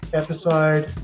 episode